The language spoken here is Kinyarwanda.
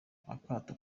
akato